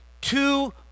two